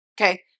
Okay